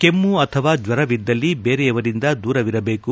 ಕೆಮ್ಮು ಅಥವಾ ಜ್ವರವಿದ್ದಲ್ಲಿ ಬೇರೆಯವರಿಂದ ದೂರವಿರಬೇಕು